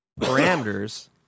parameters